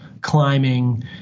climbing